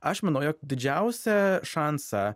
aš manau jog didžiausią šansą